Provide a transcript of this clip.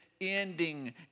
ending